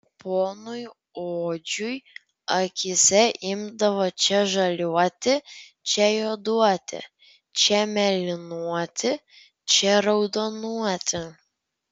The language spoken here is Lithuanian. ponui odžiui akyse imdavo čia žaliuoti čia juoduoti čia mėlynuoti čia raudonuoti